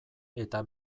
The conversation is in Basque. eta